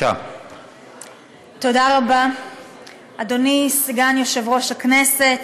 אדוני סגן יושב-ראש הכנסת,